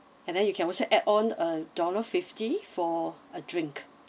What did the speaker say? and then you can also add on a dollar fifty for a drink